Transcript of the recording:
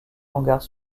hangars